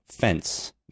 fence